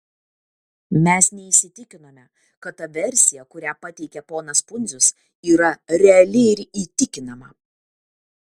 mes neįsitikinome kad ta versija kurią pateikė ponas pundzius yra reali ir įtikinama